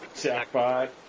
Jackpot